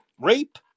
rape